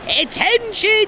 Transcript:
Attention